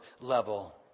level